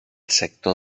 sector